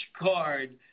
card